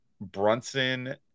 Brunson